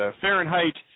Fahrenheit